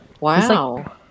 Wow